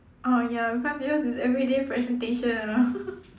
oh ya because yours is everyday presentation